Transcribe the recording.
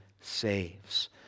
saves